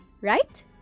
right